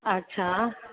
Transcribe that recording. अच्छा